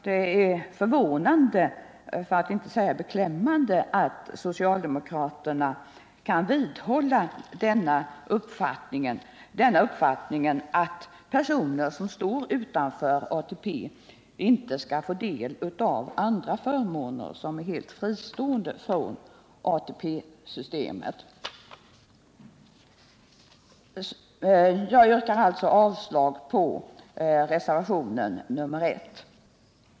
Det är förvånande, för att inte säga beklämmande, att socialdemokraterna kan vidhålla uppfattningen att personer som står utanför ATP inte skall få del av andra förmåner, som är helt fristående från ATP-systemet. Jag yrkar alltså avslag på reservationen 1.